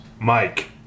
Mike